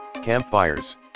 campfires